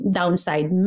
downside